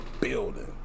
building